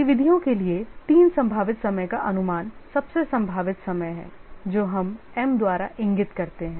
गतिविधियों के लिए तीन संभावित समय का अनुमान सबसे संभावित समय है जो हम m द्वारा इंगित करते हैं